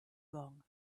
wrong